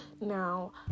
Now